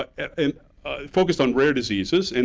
and focused on rare diseases, and